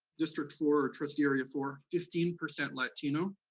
district four, or trustee area four, fifteen percent latino.